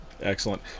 Excellent